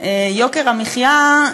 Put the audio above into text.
יוקר המחיה,